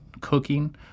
cooking